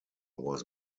was